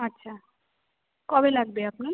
আচ্ছা কবে লাগবে আপনি